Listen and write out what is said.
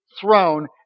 throne